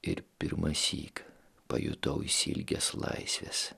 ir pirmąsyk pajutau išsiilgęs laisvės